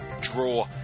draw